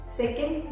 second